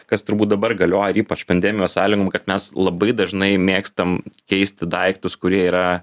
kas turbūt dabar galioja ir ypač pandemijos sąlygom kad mes labai dažnai mėgstam keisti daiktus kurie yra